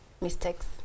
mistakes